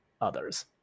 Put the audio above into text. others